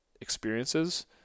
experiences